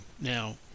Now